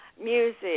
Music